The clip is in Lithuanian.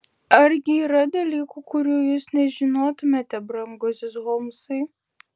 argi yra dalykų kurių jūs nežinotumėte brangusis holmsai